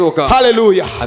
Hallelujah